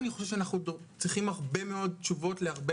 אני חושב שאנחנו צריכים הרבה מאוד תשובות להרבה